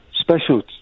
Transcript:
special